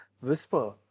Whisper